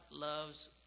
loves